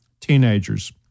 Teenagers